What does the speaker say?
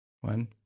One